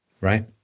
Right